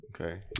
Okay